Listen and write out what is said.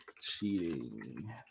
cheating